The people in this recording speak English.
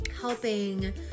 helping